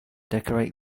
decorate